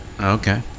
Okay